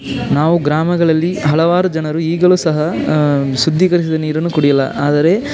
ನಾವು ಗ್ರಾಮಗಳಲ್ಲಿ ಹಲವಾರು ಜನರು ಈಗಲೂ ಸಹ ಶುದ್ಧೀಕರಿಸಿದ ನೀರನ್ನು ಕುಡಿಯೋಲ್ಲ ಆದರೆ